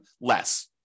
less